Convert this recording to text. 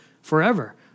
forever